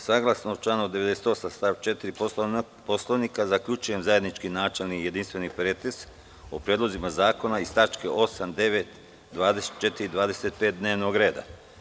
Saglasno članu 98. stav 4. Poslovnika, zaključujem zajednički načelni jedinstveni pretres o predlozima zakona iz tačaka 8, 9, 24. i 25. dnevnog reda.